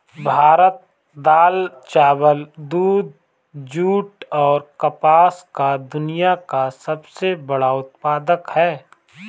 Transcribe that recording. भारत दाल, चावल, दूध, जूट, और कपास का दुनिया का सबसे बड़ा उत्पादक है